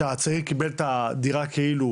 כשהצעיר קיבל את הדירה "כאילו"